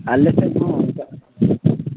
ᱟᱞᱮ ᱥᱮᱫ ᱦᱚᱸ ᱚᱱᱠᱟ